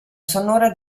sonora